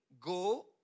go